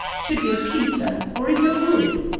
should be of pewter, or even of wood.